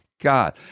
god